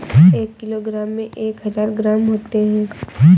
एक किलोग्राम में एक हजार ग्राम होते हैं